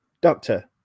doctor